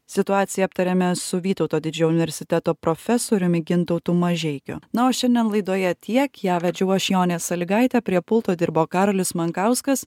situaciją aptarėme su vytauto didžiojo universiteto profesoriumi gintautu mažeikiu na o šiandien laidoje tiek ją vedžiau aš jonė salygaitė prie pulto dirbo karolis mankauskas